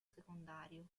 secondario